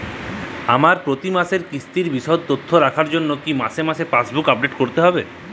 আমার প্রতি মাসের কিস্তির বিশদ তথ্য রাখার জন্য কি মাসে মাসে পাসবুক আপডেট করতে হবে?